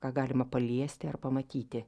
ką galima paliesti ar pamatyti